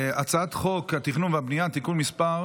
התכנון והבנייה (תיקון מס'